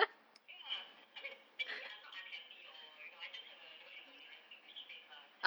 ya I mean actually I'm not unhappy or you know I just have the uh the what they call the resting bitch face ah